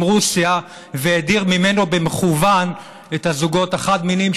רוסיה והדיר ממנו במכוון את הזוגות החד-מיניים,